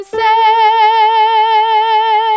say